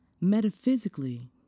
Metaphysically